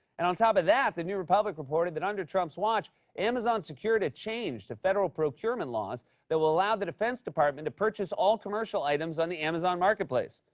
and on top of that, the new republic reported that under trump's watch amazon secured a change to federal procurement laws that will allow the defense department to purchase all commercial items on the amazon marketplace.